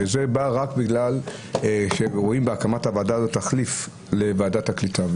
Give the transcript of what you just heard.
באים רק בגלל שרואים בהקמת הוועדה הזאת תחליף לוועדת הקליטה.